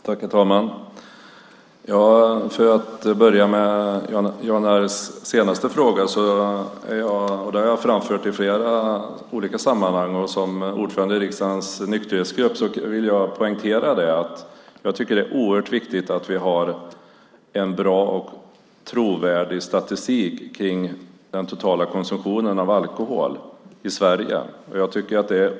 Herr talman! För att börja med Jan R Anderssons senaste fråga vill jag som ordförande i riksdagens nykterhetsgrupp poängtera, och det har jag framfört i flera olika sammanhang, att jag tycker att det är oerhört viktigt att vi har en bra och trovärdig statistik över den totala konsumtionen av alkohol i Sverige.